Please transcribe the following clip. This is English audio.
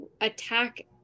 attack